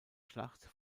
schlacht